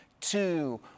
two